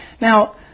now